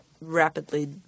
rapidly